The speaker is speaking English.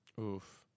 Oof